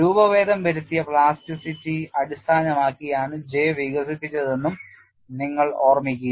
രൂപഭേദം വരുത്തിയ പ്ലാസ്റ്റിറ്റി അടിസ്ഥാനമാക്കിയാണ് J വികസിപ്പിച്ചതെന്നും നിങ്ങൾ ഓർമ്മിക്കുക